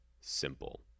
simple